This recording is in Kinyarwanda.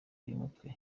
y’umutwe